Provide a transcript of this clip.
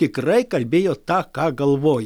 tikrai kalbėjo tą ką galvoj